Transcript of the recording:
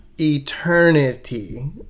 eternity